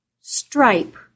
Stripe